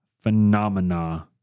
phenomena